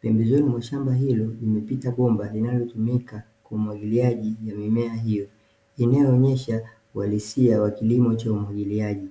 pembezoni mwashamba hilo, limepita bomba linalotumika kwenye umwagiliaji wa mimea hiyo. Inayoonesha ualisia wa kilimo cha umwagiliaji.